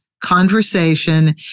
conversation